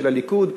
של הליכוד,